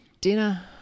dinner